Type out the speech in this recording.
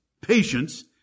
patience